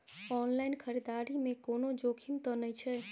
Online खरीददारी में कोनो जोखिम त नय छै?